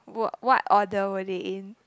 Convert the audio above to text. wh~ what order were they in